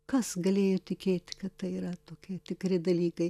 kas galėjo tikėti kad tai yra tokie tikri dalykai